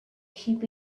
keep